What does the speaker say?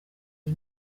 iyi